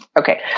okay